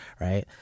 right